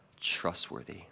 trustworthy